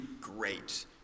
great